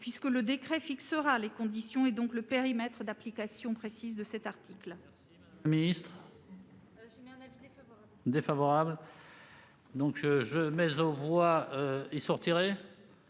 puisque le décret encadrera les conditions et donc le périmètre d'application précis de cet article.